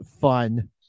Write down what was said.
fun